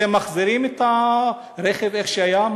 אתם מחזירים את הרכב איך שהיה?